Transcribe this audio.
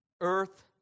earth